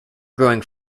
growing